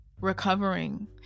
recovering